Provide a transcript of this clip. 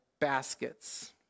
baskets